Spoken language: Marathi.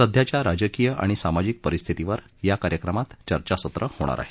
सध्याच्या राजकीय आणि सामाजिक परिस्थितीवर या कार्यक्रमात चर्चासत्र होणार आहे